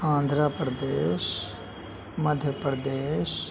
Andhra Pradesh Madhya Pradesh